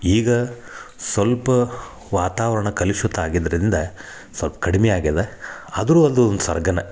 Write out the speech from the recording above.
ಈಗ ಸ್ವಲ್ಪ ವಾತಾವರಣ ಕಲುಷಿತ ಆಗಿದ್ದರಿಂದ ಸೊಲ್ಪ ಕಡಿಮೆ ಆಗ್ಯದ ಆದರು ಅದು ಒಂದು ಸ್ವರ್ಗನ